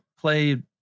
play